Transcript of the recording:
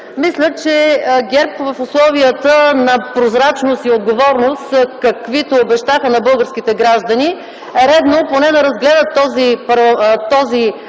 Мисля, че ГЕРБ в условията на прозрачност и отговорност, каквито обещаха на българските граждани, е редно поне да разгледат този